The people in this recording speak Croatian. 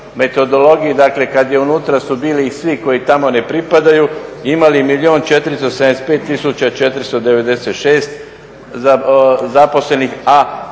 metodologiji, dakle kad je unutra su bili svi koji tamo ne pripadaju, imali milijun